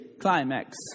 climax